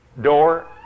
door